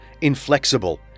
inflexible